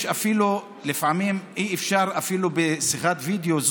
לפעמים אי-אפשר אפילו בשיחת וידיאו,